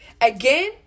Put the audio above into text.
Again